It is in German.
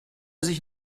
sich